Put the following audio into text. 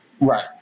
Right